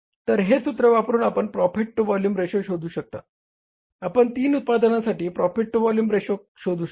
तर हे सूत्र वापरून आपण प्रॉफिट टू व्हॉल्युम रेशो शोधू शकता आपण तीन उत्पादनासाठी प्रॉफिट टू व्हॉल्युम रेशो शोधू शकता